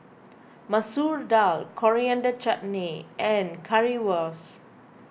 Masoor Dal Coriander Chutney and Currywurst